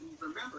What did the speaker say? remember